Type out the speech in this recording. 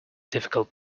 difficult